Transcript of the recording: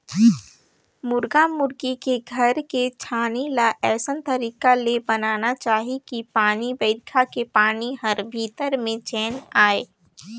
मुरगा मुरगी के घर के छानही ल अइसन तरीका ले बनाना चाही कि पानी बइरखा के पानी हर भीतरी में झेन आये